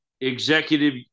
executive